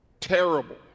terrible